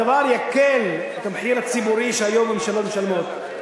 הדבר יקל את המחיר הציבורי שהיום ממשלות משלמות.